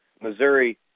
Missouri –